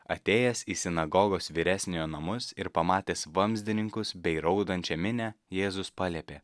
atėjęs į sinagogos vyresniojo namus ir pamatęs vamzdininkus bei raudančią minią jėzus paliepė